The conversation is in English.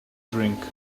drink